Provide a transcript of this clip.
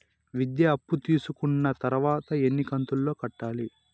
విద్య అప్పు తీసుకున్న తర్వాత ఎన్ని కంతుల లో కట్టాలి?